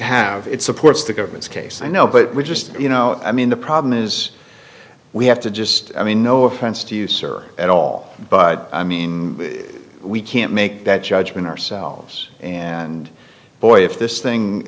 have it supports the government's case i know but we just you know i mean the problem is we have to just i mean no offense to you sir at all but i mean we can't make that judgment ourselves and boy if this thing